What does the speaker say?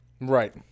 Right